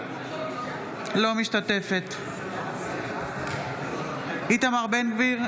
אינה משתתפת בהצבעה איתמר בן גביר,